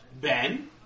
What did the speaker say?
Ben